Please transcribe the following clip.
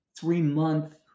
three-month